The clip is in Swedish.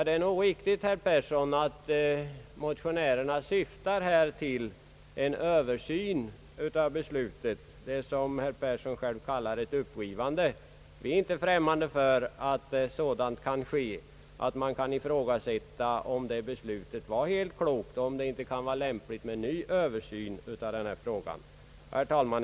Det är nog riktigt, herr Persson, att motionärerna syftar till en översyn av beslutet, étt upprivande, som herr Persson kallar det. Vi är inte främmande för att sådant kan ske, att man kan ifrågasätta om beslutet var helt klokt, om det inte kan vara lämpligt med en ny översyn av frågan. Herr talman!